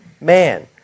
man